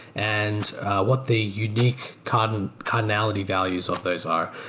and what the unique cardinality cardinality values of those are.